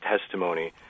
testimony